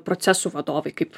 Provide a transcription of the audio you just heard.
procesų vadovai kaip